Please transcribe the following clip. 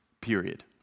period